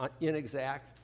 inexact